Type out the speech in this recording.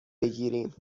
بگیریم